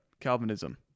Calvinism